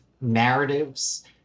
narratives